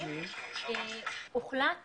הוחלט